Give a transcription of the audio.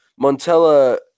Montella